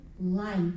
life